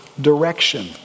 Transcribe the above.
direction